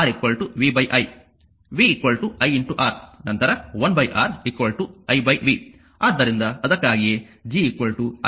R vi v iR ನಂತರ 1 R i v